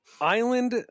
Island